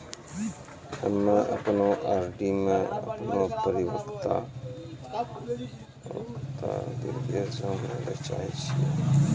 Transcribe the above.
हम्मे अपनो आर.डी मे अपनो परिपक्वता निर्देश जानै ले चाहै छियै